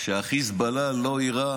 שהחיזבאללה לא יירה